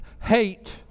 hate